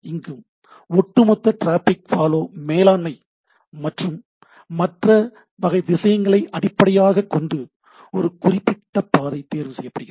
இங்கும் ஒட்டுமொத்த traffic flow மேலாண்மை மற்றும் மற்ற வகை விஷயங்களை அடிப்படையாக கொண்டு ஒரு குறிப்பிட்ட பாதை தேர்வு செய்யப்படுகிறது